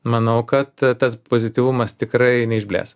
manau kad tas pozityvumas tikrai neišblės